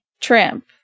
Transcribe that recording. tramp